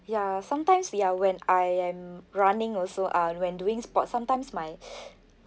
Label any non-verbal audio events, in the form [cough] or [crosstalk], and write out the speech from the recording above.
ya sometimes ya when I am running also uh when doing sports sometimes my [breath]